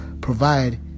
provide